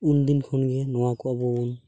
ᱩᱱᱫᱤᱱ ᱠᱷᱚᱱᱜᱮ ᱱᱚᱣᱟᱠᱚ ᱟᱵᱚᱵᱚᱱ